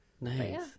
nice